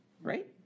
right